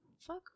Fuck